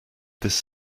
this